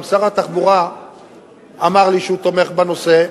גם שר התחבורה אמר לי שהוא תומך בנושא,